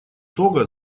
того